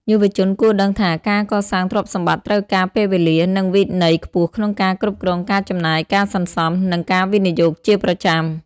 យុវជនគួរដឹងថា ការកសាងទ្រព្យសម្បត្តិត្រូវការពេលវេលា និងវិន័យខ្ពស់ក្នុងការគ្រប់គ្រងការចំណាយ ការសន្សំ និងការវិនិយោគជាប្រចាំ។